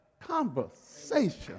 conversation